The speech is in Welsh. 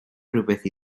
rywbeth